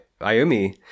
Ayumi